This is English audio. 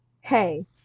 hey